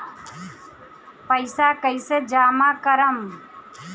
पैसा कईसे जामा करम?